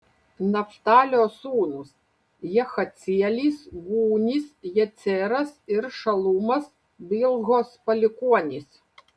naftalio sūnūs jahacielis gūnis jeceras ir šalumas bilhos palikuonys